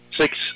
Six